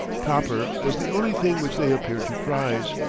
copper was the only thing which they appeared to prize,